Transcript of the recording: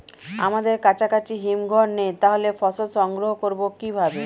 আমাদের কাছাকাছি হিমঘর নেই তাহলে ফসল সংগ্রহ করবো কিভাবে?